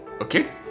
Okay